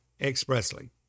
expressly